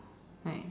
like